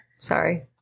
Sorry